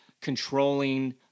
controlling